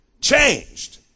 changed